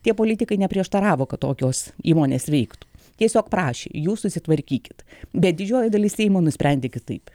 tie politikai neprieštaravo kad tokios įmonės veiktų tiesiog prašė jų susitvarkykit bet didžioji dalis seimo nusprendė kitaip